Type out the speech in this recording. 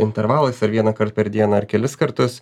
intervalais ar vienąkart per dieną ar kelis kartus